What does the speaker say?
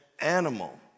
animal